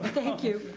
thank you.